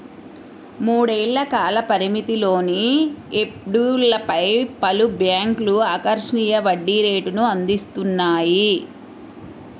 మూడేళ్ల కాల పరిమితిలోని ఎఫ్డీలపై పలు బ్యాంక్లు ఆకర్షణీయ వడ్డీ రేటును అందిస్తున్నాయి